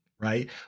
right